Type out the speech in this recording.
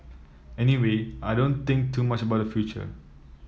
anyway I don't think too much about the future